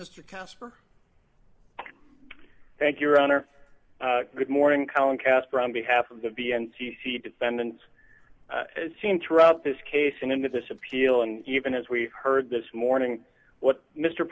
mr casper thank your honor good morning colleen casper on behalf of the n c c defendants as seen throughout this case and in this appeal and even as we heard this morning what mr